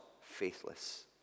faithless